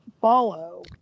follow